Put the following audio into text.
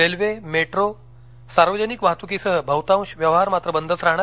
railway metro सार्वजनिक वाहतूकीसह बहुतांश व्यवहार मात्र बंदच राहणार